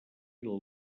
del